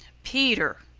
peter,